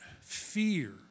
fear